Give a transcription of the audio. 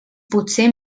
potser